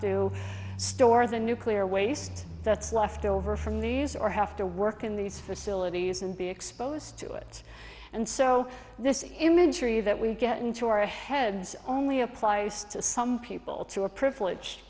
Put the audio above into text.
to store the nuclear waste that's left over from these or have to work in these facilities and be exposed to it and so this imagery that we get into our heads only applies to some people to a privilege